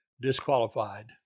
disqualified